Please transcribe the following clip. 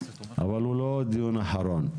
אבל הוא לא דיון אחרון.